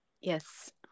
Yes